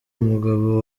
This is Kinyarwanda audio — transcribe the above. umugabo